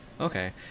Okay